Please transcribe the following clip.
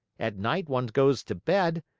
at night one goes to bed,